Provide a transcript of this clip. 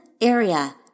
area